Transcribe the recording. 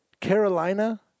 Carolina